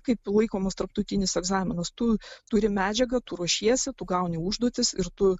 kaip laikomas tarptautinis egzaminas tu turi medžiagą tu ruošiesi tu gauni užduotis ir tu